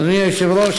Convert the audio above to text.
אדוני היושב-ראש,